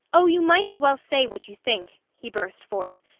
oh, you might as well say what you think, he burst forth.